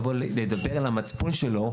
ולדבר אל המצפון שלו,